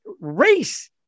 race